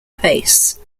pace